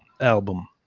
album